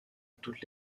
toutes